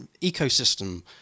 ecosystem